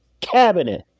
Cabinet